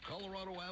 Colorado